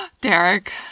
Derek